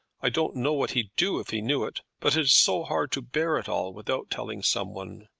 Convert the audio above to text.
i don't know what he'd do if he knew it but it is so hard to bear it all without telling some one.